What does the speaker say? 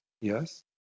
yes